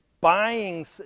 buying